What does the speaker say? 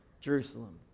Jerusalem